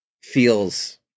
feels